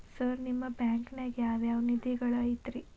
Sir ನಿಮ್ಮ ಬ್ಯಾಂಕನಾಗ ಯಾವ್ ಯಾವ ನಿಧಿಗಳು ಐತ್ರಿ?